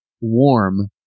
warm